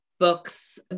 Books